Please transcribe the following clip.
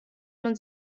man